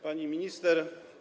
Pani Minister!